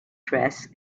dress